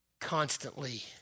constantly